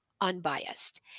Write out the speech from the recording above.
unbiased